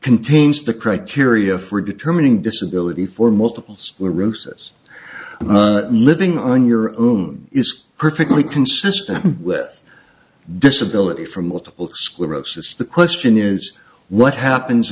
contains the criteria for determining disability for multiple sclerosis and living on your own is perfectly consistent with disability for multiple sclerosis the question is what happens